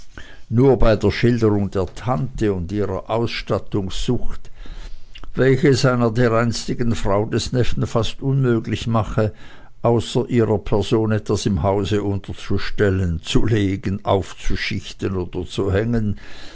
nur bei der schilderung der tante und ihrer ausstattungssucht welche es einer dereinstigen frau des neffen fast unmöglich mache außer ihrer person etwas im hause unterzustellen zu legen aufzuschichten oder zu hängen